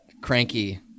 cranky